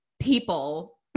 people